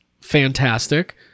fantastic